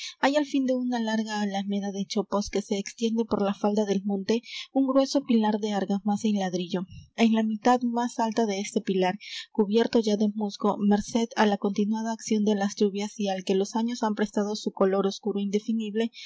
hay al fin de una larga alameda de chopos que se extiende por la falda del monte un grueso pilar de argamasa y ladrillo en la mitad más alta de este pilar cubierto ya de musgo merced á la continuada acción de las lluvias y al que los años han prestado su color oscuro é indefinible